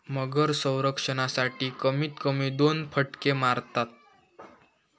मगर संरक्षणासाठी, कमीत कमी दोन फटके मारता